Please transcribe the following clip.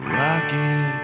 rocket